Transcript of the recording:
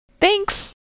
Thanks